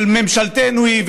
שממשלתנו היא,